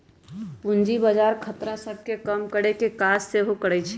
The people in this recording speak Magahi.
पूजी बजार खतरा सभ के कम करेकेँ काज सेहो करइ छइ